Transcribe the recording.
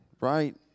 Right